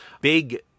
big